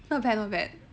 not bad not bad